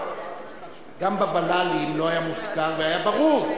גם בוול"לים לא היה מוזכר, והיה ברור.